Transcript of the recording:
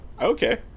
Okay